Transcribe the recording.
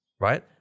right